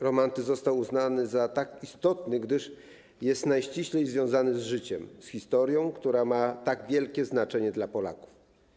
Romantyzm został uznany za tak istotny, gdyż jest najściślej związany z życiem, z historią, która ma tak wielkie znaczenie dla Polaków.